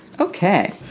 Okay